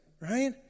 Right